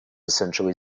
essentially